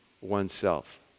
oneself